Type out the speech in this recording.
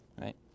right